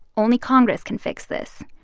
only congress can fix this,